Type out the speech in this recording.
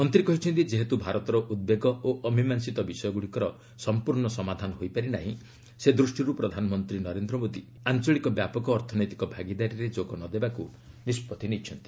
ମନ୍ତ୍ରୀ କହିଛନ୍ତି ଯେହେତୁ ଭାରତର ଉଦବେଗ ଓ ଅମିମାଂଶିତ ବିଷୟଗୁଡ଼ିକର ସମ୍ପର୍ଶ୍ଣ ସମାଧାନ ହୋଇପାରି ନାହିଁ ସେ ଦୃଷ୍ଟିରୁ ପ୍ରଧାନମନ୍ତ୍ରୀ ନରେନ୍ଦ୍ର ମୋଦୀ ଆଞ୍ଚଳିକ ବ୍ୟାପକ ଅର୍ଥନୈତିକ ଭାଗିଦାରୀରେ ଯୋଗ ନ ଦେବାକୁ ନିଷ୍କଭି ନେଇଛନ୍ତି